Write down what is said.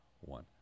one